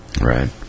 Right